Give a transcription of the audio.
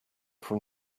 from